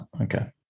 Okay